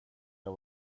jag